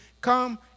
Come